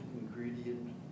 ingredient